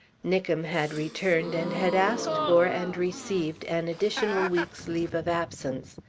nickem had returned, and had asked for and received an additional week's leave of absence.